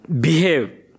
behave